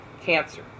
cancer